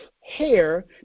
hair